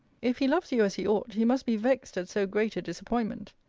if he loves you as he ought, he must be vexed at so great a disappointment.